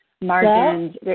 margins